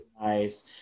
Nice